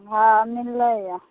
हँ मिललैए